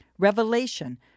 revelation